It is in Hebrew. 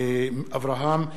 ליה שמטוב ומרינה סולודקין